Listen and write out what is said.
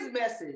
message